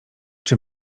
czy